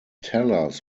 tellers